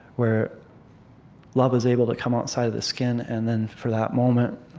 where love is able to come outside of the skin. and then, for that moment,